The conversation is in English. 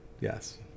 Yes